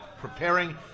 preparing